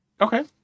Okay